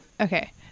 Okay